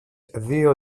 δυο